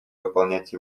выполнять